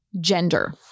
gender